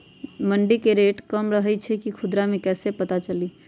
मंडी मे रेट कम रही छई कि खुदरा मे कैसे पता चली?